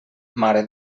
mare